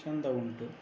ಚಂದ ಉಂಟು